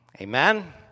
Amen